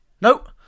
Nope